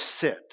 sit